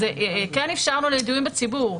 כן אפשרנו לידועים בציבור.